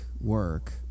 work